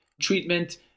treatment